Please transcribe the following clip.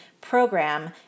program